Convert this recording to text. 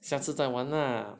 下次再玩啦